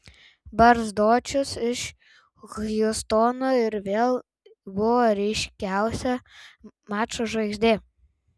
barzdočius iš hjustono ir vėl buvo ryškiausia mačo žvaigždė